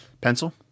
Pencil